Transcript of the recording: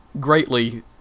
greatly